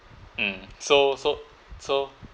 um so so so